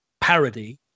Parody